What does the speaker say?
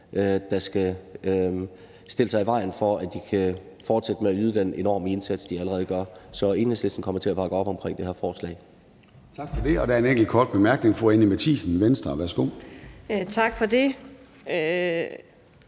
der skal stille sig i vejen for, at de kan fortsætte med at yde den enorme indsats, de allerede yder. Så Enhedslisten kommer til at bakke op om det her forslag. Kl. 13:30 Formanden (Søren Gade): Tak for det. Der er en enkelt kort bemærkning fra fru Anni Matthiesen, Venstre. Værsgo. Kl.